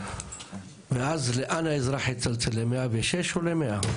ואז לאן האזרח יצלצל, ל-106 או ל-100?